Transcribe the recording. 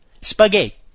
Spaghetti